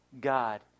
God